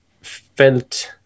felt